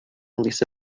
lisa